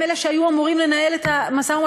הם אלה שהיו אמורים לנהל את המשא-ומתן